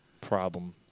problem